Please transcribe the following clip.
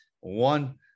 One